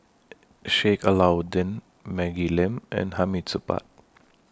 Sheik Alau'ddin Maggie Lim and Hamid Supaat